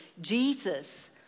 Jesus